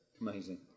Amazing